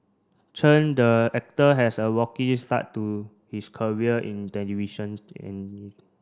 Chen the actor has a rocky start to his career in television in